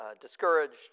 discouraged